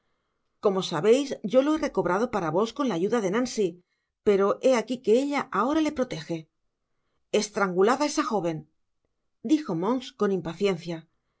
como sabeis yo lo he recobrado para vos con la ayuda de nancy pero he aqui que ella ahora le protege estrangulad á esa joven dijo monks con impaciencia